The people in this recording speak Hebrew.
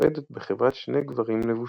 הסועדת בחברת שני גברים לבושים.